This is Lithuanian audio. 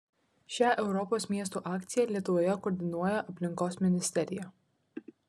šią europos miestų akciją lietuvoje koordinuoja aplinkos ministerija